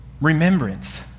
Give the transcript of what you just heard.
remembrance